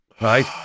right